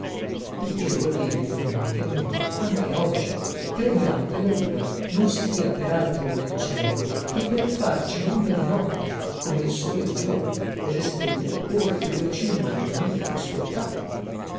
il che vuol dire in fondo che noi anche oggi crediamo che la luna non stia per altro nel cielo che per farci lume di notte come il sole di giorno e le stelle per offrirci un magnifico spettacolo